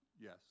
Yes